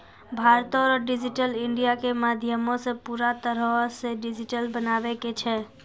भारतो के digital India के माध्यमो से पूरा तरहो से डिजिटल बनाबै के छै